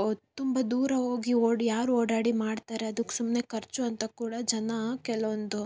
ಅವ್ರು ತುಂಬ ದೂರ ಹೋಗಿ ಓಡಿ ಯಾರು ಓಡಾಡಿ ಮಾಡ್ತಾರೆ ಅದಕ್ಕೆ ಸುಮ್ಮನೆ ಖರ್ಚು ಅಂತ ಕೂಡ ಜನ ಕೆಲವೊಂದು